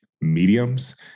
mediums